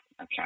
okay